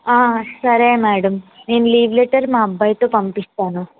ఆ సరే మ్యాడం నేను లీవ్ లెటర్ మా అబ్బాయితో పంపిస్తాను